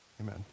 Amen